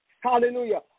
Hallelujah